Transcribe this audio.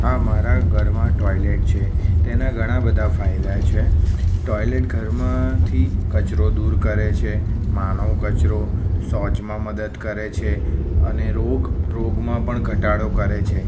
હા મારા ઘરમાં ટોઈલેટ છે તેના ઘણા બધા ફાયદા છે ટોઈલેટ ઘરમાંથી કચરો દૂર કરે છે માનવ કચરો શૌચમાં મદદ કરે છે અને રોગ રોગમાં પણ ઘટાડો કરે છે